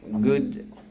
good